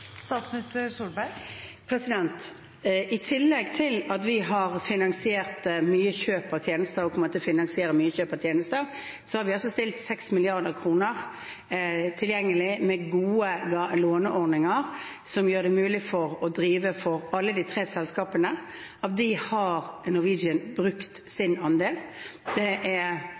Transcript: I tillegg til at vi har finansiert mye kjøp av tjenester og kommer til å finansiere mye kjøp av tjenester, har vi stilt 6 mrd. kr tilgjengelig med gode låneordninger som gjør det mulig å drive for alle de tre selskapene. Av dem har Norwegian brukt sin andel. Det er